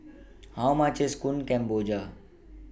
How much IS Kueh Kemboja